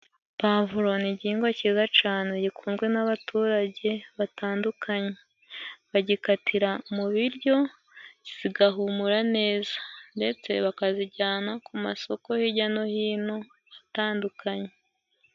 Pavuro ni igihingwa ciza cane, gikunzwe n'abaturage batandukanye, bagikatira mu biryo zigahumura neza ndetse bakazijyana ku masoko hirya no hino atandukanye.